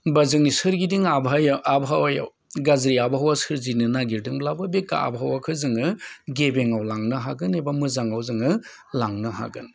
बा जोंनि सोरगिदिं आबहावायाव गाज्रि आबहावा सोरनिनो नागेरदोंब्लाबो बे आबहावाखौ जोङो गेबेङाव लांनो हागोन एबा मोजाङाव जोङो लांनो हागोन